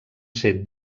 ser